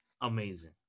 amazing